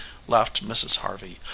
laughed mrs. harvey.